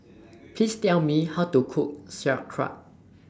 Please Tell Me How to Cook Sauerkraut